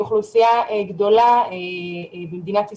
שהיא אוכלוסייה גדולה במדינת ישראל,